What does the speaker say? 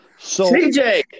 CJ